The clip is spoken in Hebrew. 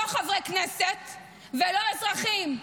לא חברי כנסת ולא אזרחים.